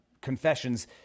confessions